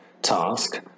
task